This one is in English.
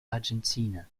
argentina